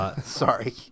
Sorry